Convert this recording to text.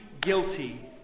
guilty